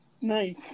Nice